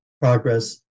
progress